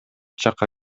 жакка